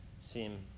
seem